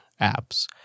apps